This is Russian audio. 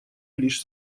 лишь